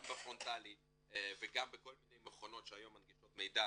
גם בפרונטלי וגם בכל מיני מכונות שהיום מנגישות מידע